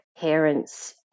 parents